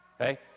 Okay